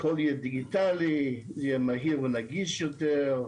הכול יהיה דיגיטלי, זה יהיה מהיר ונגיש יותר,